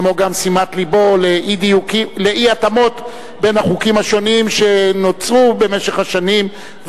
וגם על שימת לבו לאי-התאמות בין החוקים השונים שנוצרו במשך השנים.